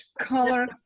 color